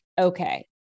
okay